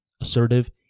assertive